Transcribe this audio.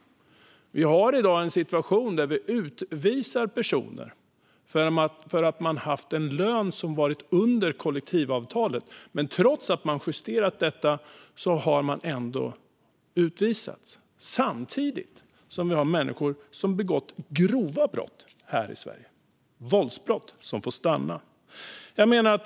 Vi har dessutom en situation där vi utvisar personer för att de har haft en lägre lön än kollektivavtalet. Trots att det justerats har personen ändå blivit utvisad. Samtidigt får människor som har begått grova våldsbrott stanna i Sverige.